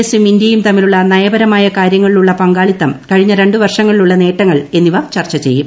എസും ഇന്ത്യയും തമ്മിലുള്ള നയപരമായ കാര്യങ്ങളിലുള്ള പങ്കാളിത്തം കഴിഞ്ഞ രണ്ടുവർഷങ്ങളിലുള്ള നേട്ടങ്ങൾ എന്നിവ ചർച്ച ചെയ്യും